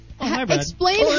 explain